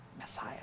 Messiah